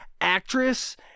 actress